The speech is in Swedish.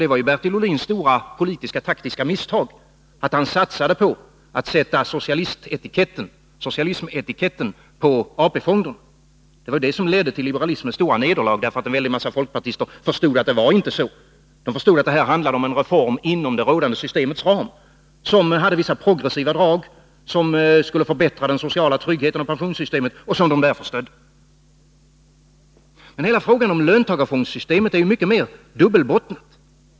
Det var Bertil Ohlins stora taktiska misstag, att han satsade på att sätta socialismetiketten på AP-fonderna. Det var detta som ledde till liberalismens stora nederlag, eftersom en stor mängd folkpartister förstod att den etiketten inte var den rätta. De förstod att det handlade om en reform inom det rådande systemets ram, en reform som hade vissa progressiva drag, som skulle förbättra den sociala tryggheten i pensionssystemet och som de därför stödde. Men frågan om löntagarfondssystemet är ju mycket mer dubbelbottnad.